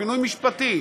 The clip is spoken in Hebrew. פינוי משפטי.